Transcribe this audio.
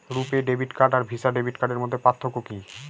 রূপে debit card আর Visa debit কার্ডের মধ্যে পার্থক্য কি?